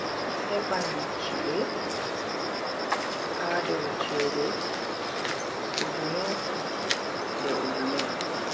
Heban chi'e ha dow cede ujune nde ujune.